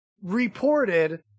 reported